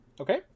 Okay